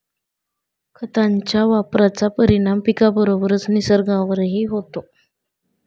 खतांच्या वापराचा परिणाम पिकाबरोबरच निसर्गावरही होतो